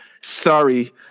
Sorry